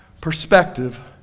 perspective